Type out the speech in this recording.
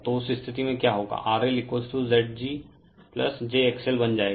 तो उस स्थिति में क्या होगा RL Zg jXL बन जाएगा